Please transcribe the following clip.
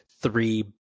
three